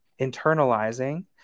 internalizing